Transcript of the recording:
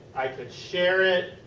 i could share it.